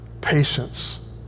patience